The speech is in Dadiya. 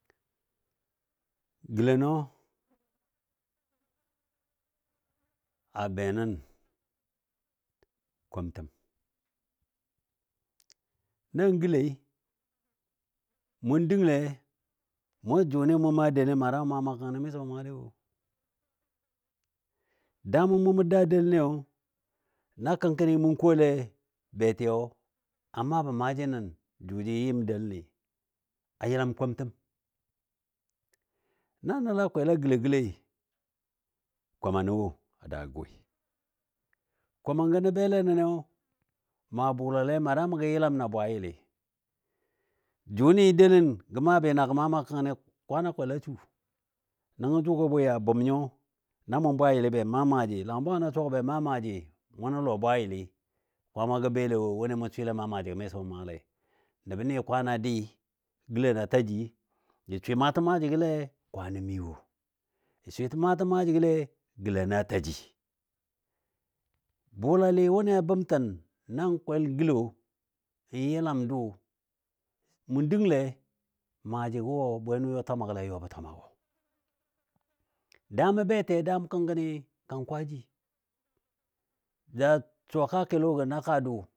Gəlenɔ a bɛ nən komtəm, nan gəloi mʊn dənglɛ mʊ jʊnɨ mu maa delən mara mɔ maa maa kəngkəni miso mʊ maale wo. Daamɔ mʊ daa deləniyo na kəngkəni mʊ kole beti a maabɔ maaji nən jʊ jə yɨm deləni a yəlam komtəm. Na nəla kwela gəlo gəloi komənɔ wo a daagɔ woi. Koman gəno belle nəniyo maa bʊlalile mana gə yəlam na bwayili, jʊni delən gə maa bɨ na gə maa maa kəngkəni kwaanɔ a kwel a su. Nəngɔ jʊgɔ a bwɨ a bʊm nyo na mʊ bwayili be maa maaji, langən bwanga suwagɔ be maa maaji mʊnə lɔ bwayili, kwaamagɔ belle wo wʊni mʊn swɨlen maa maajigɔ miso mʊn maale. Nəbni kwaana dɨ gələna taji, jə swɨ maatəm maajigɔle kwaanɔ mi wo. Jə swɨ maatəm maajigole gələna taji. Bʊlale wʊni a bəmtəm nan kwel n gəlo n yəlam dʊ mʊn dəngle maajigɔ wo bwenʊ yɔ twamagɔle a yɔ bə twamagɔ. Daamɔ beti a daam kənkəni kang kwaji, ja suwa kaa kel wo gə naka dʊ